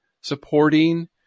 supporting